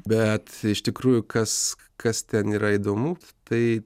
bet iš tikrųjų kas kas ten yra įdomu tai